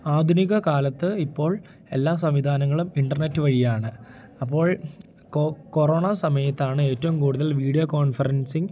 ആധുനിക കാലത്ത് ഇപ്പോൾ എല്ലാ സംവിധാനങ്ങളും ഇന്റര്നെറ്റ് വഴിയാണ് അപ്പോൾ കൊറോണ സമയത്താണ് ഏറ്റവും കൂടുതൽ വീഡിയോ കോൺഫറൻസിംഗ്